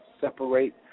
separate